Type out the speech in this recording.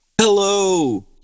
Hello